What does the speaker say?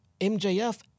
MJF